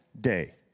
day